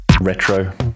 retro